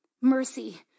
mercy